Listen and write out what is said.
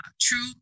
true